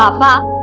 um vibha